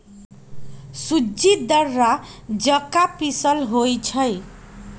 सूज़्ज़ी दर्रा जका पिसल होइ छइ